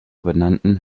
benannten